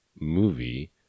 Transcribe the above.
movie